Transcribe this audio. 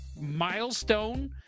milestone